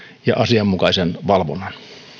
ja asianmukaisen valvonnan